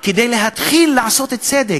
כדי להתחיל לעשות צדק,